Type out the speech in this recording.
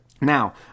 Now